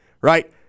Right